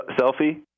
selfie